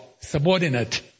subordinate